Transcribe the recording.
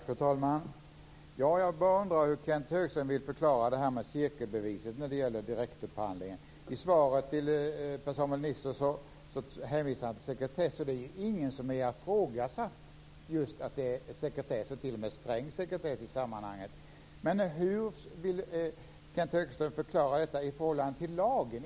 Fru talman! Jag bara undrar hur Kenth Högström vill förklara det här med cirkelbeviset när det gäller direktupphandlingen. I svaret till Per-Samuel Nisser hänvisar han till sekretess. Det är ingen som har ifrågasatt att det är sekretess, t.o.m. sträng sekretess, i sammanhanget. Men hur vill Kenth Högström förklara detta i förhållande till lagen?